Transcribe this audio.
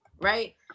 right